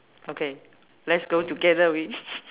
okay let's go together with